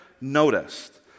noticed